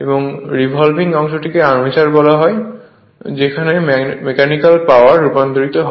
এবং রেভলভিং অংশটিকে আর্মেচার বলা হয় যেখানে মেকানিক্যাল পাওয়ার রূপান্তরিত হয়